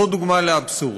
הוא דוגמה לאבסורד.